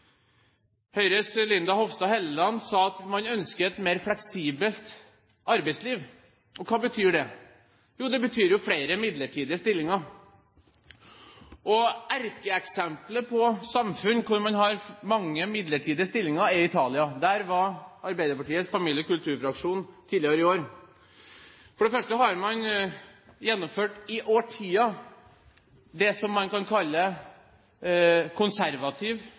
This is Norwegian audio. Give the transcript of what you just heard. Høyres Linda C. Hofstad Helleland sa at man ønsker et mer fleksibelt arbeidsliv. Hva betyr det? Jo, det betyr flere midlertidige stillinger. Erkeeksemplet på samfunn hvor man har mange midlertidige stillinger, er Italia. Der var Arbeiderpartiets familie- og kulturfraksjon tidligere i år. For det første har man i årtier gjennomført det som man kan kalle